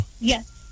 Yes